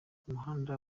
umuhanda